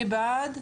מי בעד?